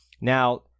Now